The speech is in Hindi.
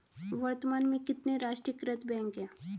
वर्तमान में कितने राष्ट्रीयकृत बैंक है?